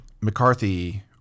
McCarthy